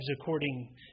according